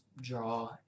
draw